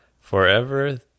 Forever